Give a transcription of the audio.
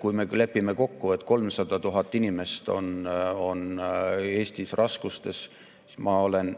Kui me lepime kokku, et 300 000 inimest on Eestis raskustes, siis ma olen